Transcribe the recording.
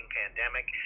pandemic